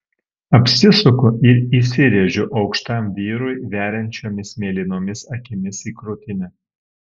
apsisuku ir įsirėžiu aukštam vyrui veriančiomis mėlynomis akimis į krūtinę